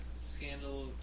scandal